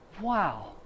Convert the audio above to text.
Wow